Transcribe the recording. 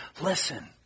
listen